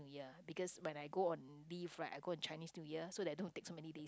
Year because when I go on leave right I go on Chinese New Year so that don't takes so many days